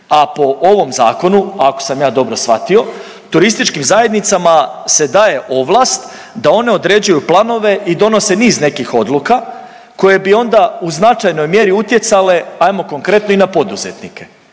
a po ovom zakonu ako sam ja dobro shvatio turističkim zajednicama se daje ovlast da one određuju planove i donose niz nekih odluka koje bi onda u značajnom mjeri utjecale ajmo konkretno i na poduzetnike.